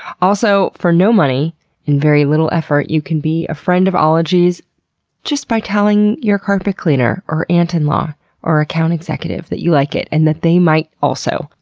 also, for no money and very little effort you can be a friend of ologies just by telling your carpet cleaner or aunt-in-law or account executive that you like it and they might also.